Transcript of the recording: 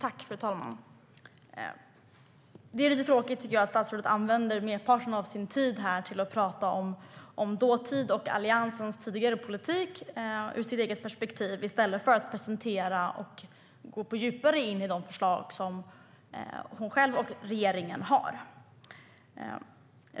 Fru talman! Det är tråkigt att statsrådet använder merparten av sin tid åt att tala om dåtid och Alliansens tidigare politik ur hennes eget perspektiv i stället för att presentera och gå djupare in på de förslag som hon själv och regeringen har.